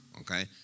okay